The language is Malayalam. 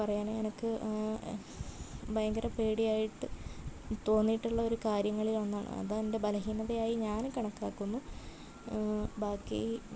പറയാനെനിക്ക് ഭയങ്കര പേടിയായിട്ട് തോന്നിയിട്ടുള്ള ഒരു കാര്യങ്ങളിലൊന്നാണ് അതെൻ്റെ ബലഹീനതയായി ഞാൻ കണക്കാക്കുന്നു ബാക്കി